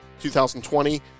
2020